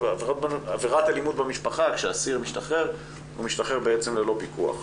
בעבירת אלימות במשפחה כשאסיר משתחרר הוא משתחרר ללא פיקוח.